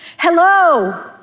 Hello